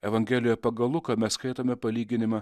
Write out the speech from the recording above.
evangelijoje pagal luką mes skaitome palyginimą